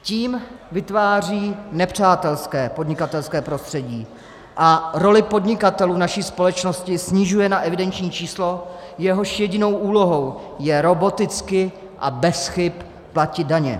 Tím vytváří nepřátelské podnikatelské prostředí a roli podnikatelů v naší společnosti snižuje na evidenční číslo, jehož jedinou úlohou je roboticky a bez chyb platit daně.